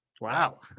Wow